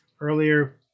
earlier